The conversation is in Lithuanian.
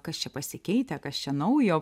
kas čia pasikeitę kas čia naujo